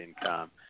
income